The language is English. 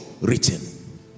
written